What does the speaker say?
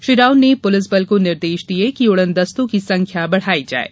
श्री राव ने पुलिस बल को निर्देश दिये कि उड़नदस्तों की संख्या बढ़ाई जाये